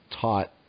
taught